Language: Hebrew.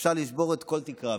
שאפשר לשבור כל תקרה.